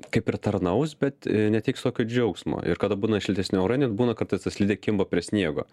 kaip ir tarnaus bet neteiks tokio džiaugsmo ir kada būna šiltesni orai net būna kartais ta slidė kimba prie sniego